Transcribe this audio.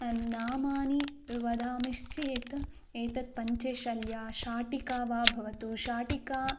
नामानि वदामिश्चेत् एतत् पञ्चेशल्या शाटिका वा भवतु शाटिका